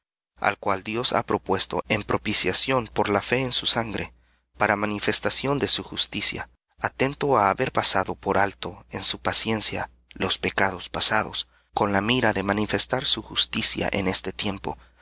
al cual dios ha propuesto en propiciación por la fe en su sangre para manifestación de su justicia atento á haber pasado por alto en su paciencia los pecados pasados con la mira de manifestar su justicia en este tiempo